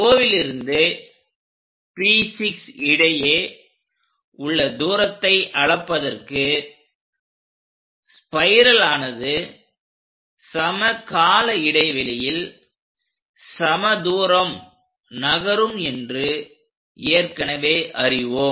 Oலிருந்து P6 இடையே உள்ள தூரத்தை அளப்பதற்குஸ்பைரலானது சம கால இடைவெளியில் சம தூரம் நகரும் என்று ஏற்கனவே அறிவோம்